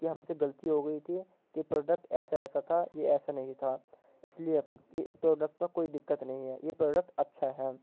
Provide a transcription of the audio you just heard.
کہ ہم سے غلطی ہو گئی تھی کہ پروڈکٹ ایسا ایسا تھا یہ ایسا نہیں تھا اس لیے کہ اس پروڈکٹ میں کوئی دقت نہیں ہے یہ پروڈکٹ اچھا ہے